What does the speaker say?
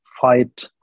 fight